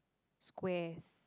squares